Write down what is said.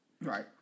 right